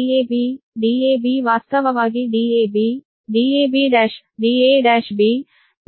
ಈಗ Dab Dab ವಾಸ್ತವವಾಗಿ dab dab1